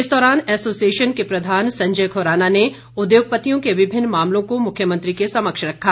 इस दौरान एसोसिएशन के प्रधान संजय खुराना ने उद्योगपतियों के विभिन्न मामलों को मुख्यमंत्री के समक्ष रखा